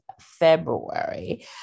February